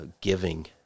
giving